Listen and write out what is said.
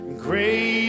Great